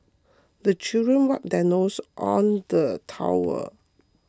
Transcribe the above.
the children wipe their noses on the towel